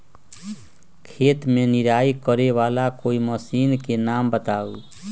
खेत मे निराई करे वाला कोई मशीन के नाम बताऊ?